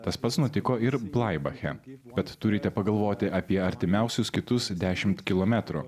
tas pats nutiko ir blaibache tad turite pagalvoti apie artimiausius kitus dešimt kilometrų